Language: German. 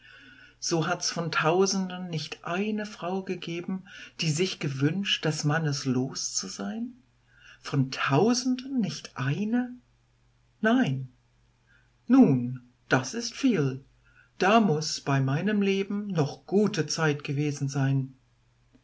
so hats von tausenden nicht eine frau gegeben die sich gewünscht des mannes los zu sein von tausenden nicht eine nein nun das ist viel da muß bei meinem leben noch gute zeit gewesen sein